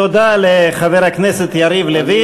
תודה לחבר הכנסת יריב לוין.